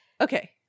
Okay